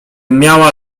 miała